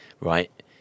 right